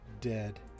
dead